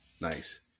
Nice